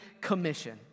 commission